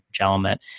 element